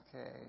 Okay